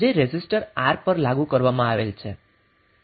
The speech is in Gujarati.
જે રેઝિસ્ટર R પર લાગુ કરવામાં આવેલ છે